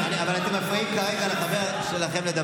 צריך שם.